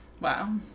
Wow